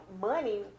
money